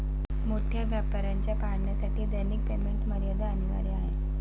मोठ्या व्यापाऱ्यांना पाहण्यासाठी दैनिक पेमेंट मर्यादा अनिवार्य आहे